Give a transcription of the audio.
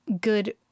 good